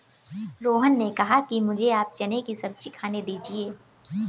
रोहन ने कहा कि मुझें आप चने की सब्जी खाने दीजिए